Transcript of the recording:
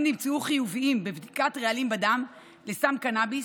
נמצאו חיוביים בבדיקת רעלים בדם לסם קנביס,